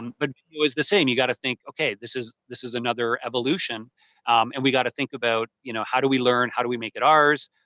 um but it was the same. you've got to think, okay, this is this is another evolution and we've got to think about, you know how do we learn, how do we make it ours?